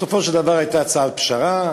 בסופו של דבר הייתה הצעת פשרה,